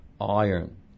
iron